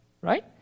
right